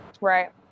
Right